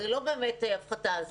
זו לא באמת הפחתה,